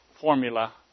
formula